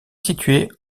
située